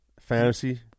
Fantasy